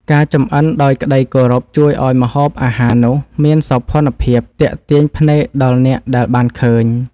ការចម្អិនដោយក្តីគោរពជួយឱ្យម្ហូបអាហារនោះមានសោភ័ណភាពទាក់ទាញភ្នែកដល់អ្នកដែលបានឃើញ។